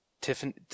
tiffany